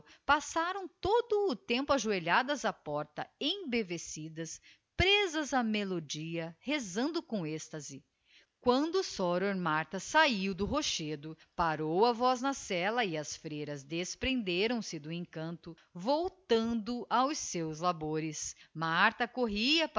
passaram todo o tempo ajoelhadas á porta embevecidas presas á melodia rezando em êxtase quando soror martha sahiu do rochedo parou a voz na cella e as freiras desprenderam se do encanto voltando aos seus labores jnlartha corria